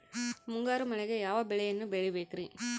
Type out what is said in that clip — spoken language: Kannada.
ಮುಂಗಾರು ಮಳೆಗೆ ಯಾವ ಬೆಳೆಯನ್ನು ಬೆಳಿಬೇಕ್ರಿ?